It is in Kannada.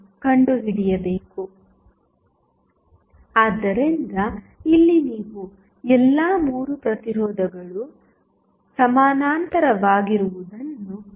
ಆದ್ದರಿಂದ ಇಲ್ಲಿ ನೀವು ಎಲ್ಲಾ 3 ಪ್ರತಿರೋಧಗಳು ಸಮಾನಾಂತರವಾಗಿರುವುದನ್ನು ನೋಡುತ್ತೀರಿ